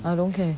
I don't care